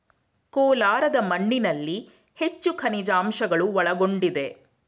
ಕೋಲಾರದ ಮಣ್ಣಿನಲ್ಲಿ ಹೆಚ್ಚು ಖನಿಜಾಂಶಗಳು ಒಳಗೊಂಡಿದೆ